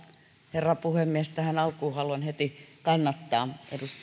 herra puhemies tähän alkuun haluan heti kannattaa